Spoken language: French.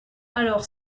alors